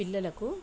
పిల్లలకు